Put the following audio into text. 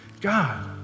God